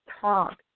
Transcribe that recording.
talk